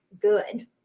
good